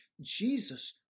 Jesus